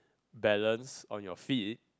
balance on your feet